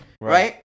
right